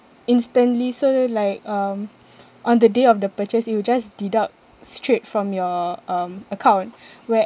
instantly so like um on the day of the purchase it will just deduct straight from your um account where~